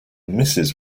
mrs